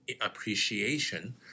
appreciation